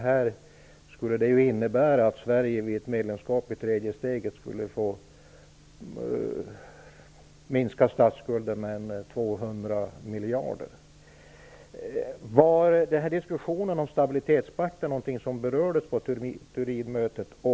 Det skulle innebära att Sverige vid ett medlemskap i tredje steget skulle få minska statsskulden med 200 miljarder. Var stabilitetspakten något som berördes på Turinmötet?